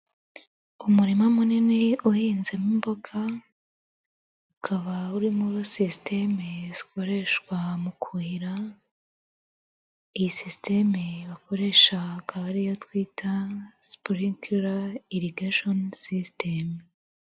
Umurima munini uhinzemo imboga ukaba urimo sisiteme zikoreshwa mu kuhira, iyi sisiteme bakoresha akaba ariyo twita sipurinkila irigeshoni sisitemu.